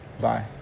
Bye